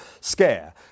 scare